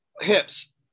hips